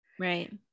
right